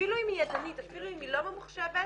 ואפילו אם היא ידנית, אפילו אם היא לא ממוחשבת